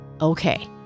Okay